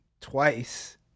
twice